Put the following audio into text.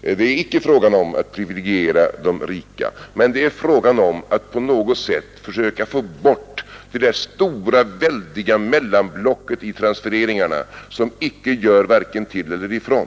Det är inte fråga om att privilegiera de rika, men det är fråga om att på något sätt försöka få bort det stora, väldiga mellanblocket i transfereringarna, vilket inte gör vare sig till eller ifrån.